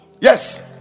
Yes